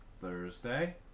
thursday